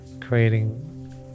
creating